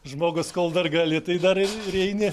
žmogus kol dar gali tai dar ir eini